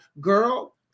girl